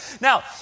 Now